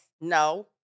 No